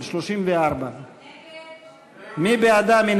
קודם על 34. מי בעדה?